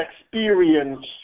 experience